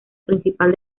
principal